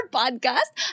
podcast